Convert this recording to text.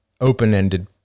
open-ended